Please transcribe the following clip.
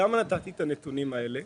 למה נתתי את הנתונים האלה?